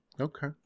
Okay